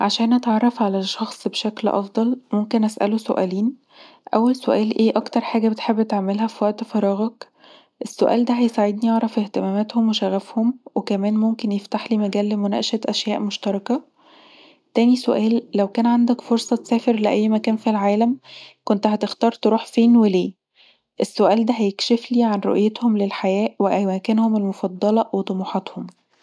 عشان اتعرف علي شخص بشكل افضل ممكن اسأله سؤالين، اول سؤال ايه اكتر حاجه بتحب تعملها في وقت فراغك، السؤال دا هيساعدني اعرف اهتمامتهم وشغفهم وكمان ممكن يفتحلي مجال لمناقشة اشياء مشتركة تاني سؤال لو كان عندك فرصة تسافر لأي مكان في العالم كنت هتختار تروح فين وليه السؤال دا هيكشفلي عن رؤيتهم للحياه واماكنهم المفضله وطموحاتهم